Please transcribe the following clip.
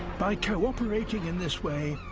by cooperating in this way,